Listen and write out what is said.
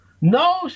No